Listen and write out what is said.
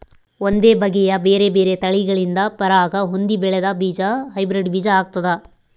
ಒಂದೇ ಬಗೆಯ ಬೇರೆ ಬೇರೆ ತಳಿಗಳಿಂದ ಪರಾಗ ಹೊಂದಿ ಬೆಳೆದ ಬೀಜ ಹೈಬ್ರಿಡ್ ಬೀಜ ಆಗ್ತಾದ